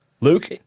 Luke